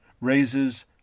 raises